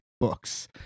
books